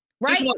right